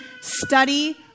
study